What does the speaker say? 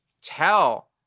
tell